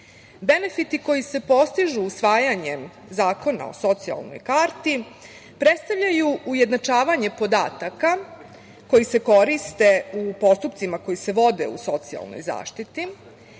lica. Benefiti koji se postižu usvajanjem zakona o socijalnoj karti predstavljaju ujednačavanje podataka koji se koriste u postupcima koji se vode u socijalnoj zaštiti,